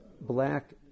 black